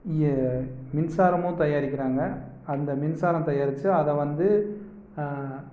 எ மின்சாரமும் தயாரிக்கிறாங்க அந்த மின்சாரம் தயாரிச்சு அதை வந்து